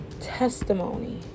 Testimony